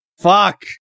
Fuck